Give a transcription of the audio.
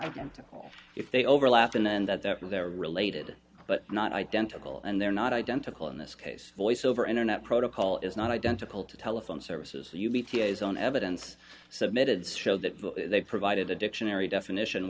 identical if they overlap and then that they're related but not identical and they're not identical in this case voice over internet protocol is not identical to telephone services so you bt is own evidence submitted show that they provided a dictionary definition